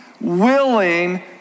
willing